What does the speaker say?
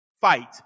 fight